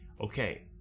Okay